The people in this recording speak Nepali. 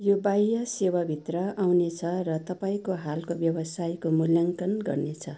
यो बाह्य सेवा भित्र आउनेछ र तपाईँको हालको व्यवसायको मूल्याङ्कन गर्नेछ